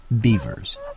beavers